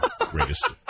greatest